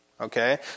Okay